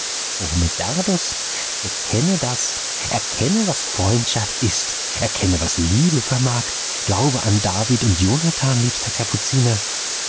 medardus erkenne das erkenne was freundschaft ist erkenne was liebe vermag glaube an david und jonathan liebster kapuziner